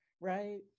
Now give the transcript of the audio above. Right